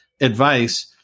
advice